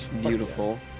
Beautiful